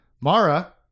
Mara